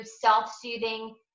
self-soothing